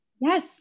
Yes